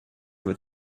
with